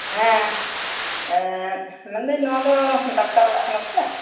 ᱦᱮᱸ ᱢᱮᱱ ᱫᱟᱹᱧ ᱱᱚᱣᱟ ᱫᱚ ᱰᱟᱠᱛᱟᱨ ᱚᱲᱟᱜ ᱠᱟᱱᱟ ᱥᱮ ᱪᱟᱜ